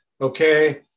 Okay